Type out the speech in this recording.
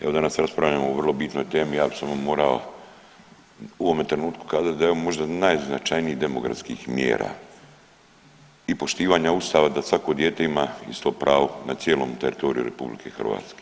Evo danas raspravljamo o vrlo bitnoj temi i apsolutno moramo u ovome trenutku kazati da je ovo možda jedan od najznačajnijih demografskih mjera i poštivanje ustava da svako dijete ima isto pravo na cijelom teritoriju RH.